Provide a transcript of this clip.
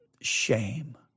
shame